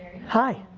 hi